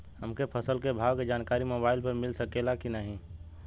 हमके फसल के भाव के जानकारी मोबाइल पर मिल सकेला की ना?